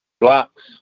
blocks